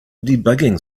debugging